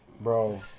Bro